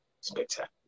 spectacular